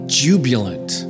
jubilant